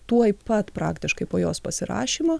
tuoj pat praktiškai po jos pasirašymo